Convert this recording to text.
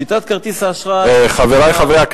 שיטת כרטיס האשראי, חברי חברי הכנסת,